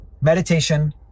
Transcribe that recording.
Meditation